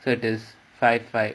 so this fight fight